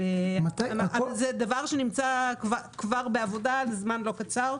זה דבר שנמצא כבר בעבודה זמן לא קצר,